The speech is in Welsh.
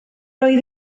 oedd